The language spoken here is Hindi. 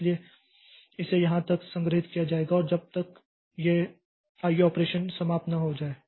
इसलिए इसे यहां तक संग्रहीत किया जाएगा और जब तक कि यह या यह आईओ ऑपरेशन समाप्त न हो जाए